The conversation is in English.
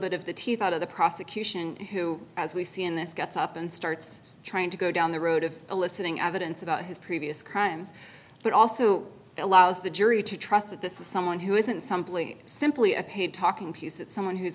bit of the teeth out of the prosecution who as we see in this gets up and starts trying to go down the road of eliciting evidence about his previous crimes but also allows the jury to trust that this is someone who isn't some plea simply a paid talking piece that someone who's